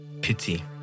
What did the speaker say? pity